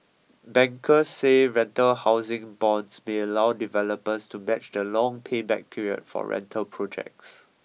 bankers say rental housing bonds may allow developers to match the long payback period for rental projects